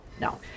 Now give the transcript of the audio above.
no